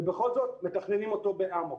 ובכל זאת מתכננים אותו באמוק.